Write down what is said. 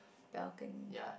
balcony